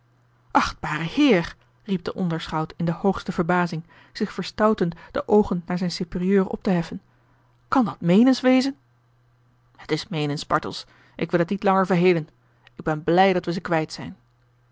achtbare heer riep de onderschout in de hoogste verbazing zich verstoutend de oogen naar zijn superieur op te heffen kan dat meenens wezen het is meenens bartels ik wil het niet langer verhelen ik ben blij dat we ze kwijt zijn